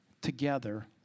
together